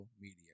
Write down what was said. media